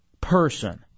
person